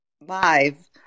live